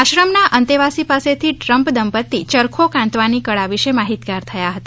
આશ્રમ ના અંતેવાસી પાસેથી ટ્રમ્પ દંપતી ચરખો કાંતવાની કળા વિષે માહિતગાર થયા હતા